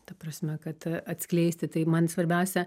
ta prasme kad atskleisti tai man svarbiausia